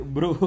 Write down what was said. Bro